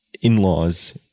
in-laws